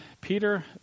Peter